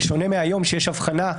בשונה מהיום שיש הבחנה,